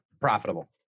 profitable